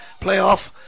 playoff